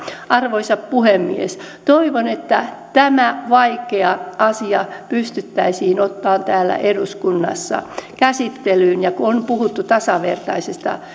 arvoisa puhemies toivon että tämä vaikea asia pystyttäisiin ottamaan täällä eduskunnassa käsittelyyn kun on puhuttu tasavertaisesta